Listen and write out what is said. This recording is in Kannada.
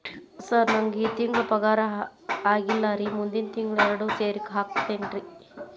ಸರ್ ನಂಗ ಈ ತಿಂಗಳು ಪಗಾರ ಆಗಿಲ್ಲಾರಿ ಮುಂದಿನ ತಿಂಗಳು ಎರಡು ಸೇರಿ ಹಾಕತೇನ್ರಿ